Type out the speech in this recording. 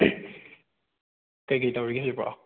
ꯀꯩ ꯀꯩ ꯇꯧꯔꯤꯒꯦ ꯍꯧꯖꯤꯛꯄꯨ